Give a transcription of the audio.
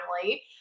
family